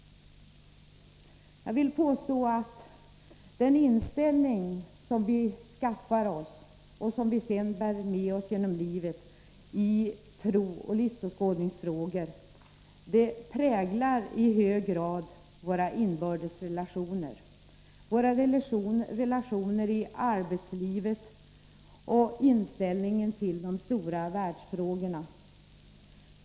Jag vill påstå att den inställning som vi skaffar oss och som vi sedan bär med oss genom livet i trosoch livsåskådningsfrågor i hög grad präglar våra inbördes relationer, våra relationer i arbetslivet och inställningen till de stora världsfrågorna.